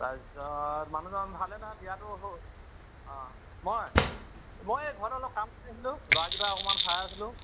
তাৰপিছত মানুহজন ভালে নহয় মই এই ঘৰত অলপ কাম কৰি আছিলোঁ ল'ৰাকেইটা অকমান চাই আছিলোঁ